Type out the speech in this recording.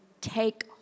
take